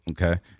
okay